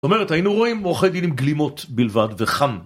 זאת אומרת היינו רואים עורכי דין עם גלימות בלבד וחם